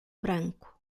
branco